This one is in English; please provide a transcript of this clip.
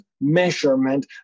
measurement